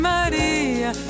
Maria